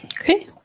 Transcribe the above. Okay